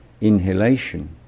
inhalation